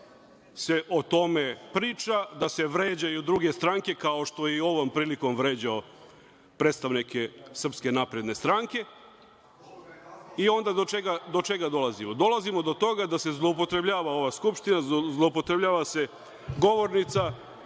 se o tome priča, da se vređaju druge stranke, kao što je i ovom prilikom vređao predstavnike SNS. Onda do čega dolazimo? Dolazimo do toga da se zloupotrebljava ova Skupština. Zloupotrebljava se govornica.